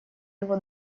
его